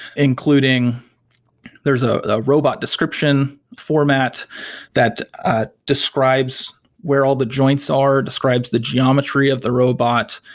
including there's a the robot description format that ah describes where all the joints are, describes the geometry of the robot.